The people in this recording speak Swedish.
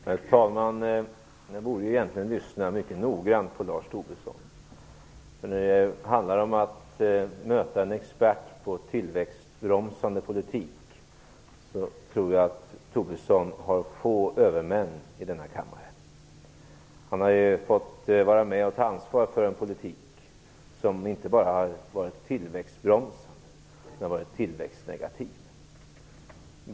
Fru talman! Jag borde egentligen lyssna mycket noggrant på Tobisson. När det handlar om att vara expert på tillväxtbromsande politik tror jag att Tobisson har få övermän i denna kammare. Han har fått vara med och ta ansvar för en politik som inte bara har varit tillväxtbromsande utan också tillväxtnegativ.